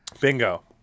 Bingo